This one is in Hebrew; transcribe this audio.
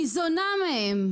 ניזונה מהם.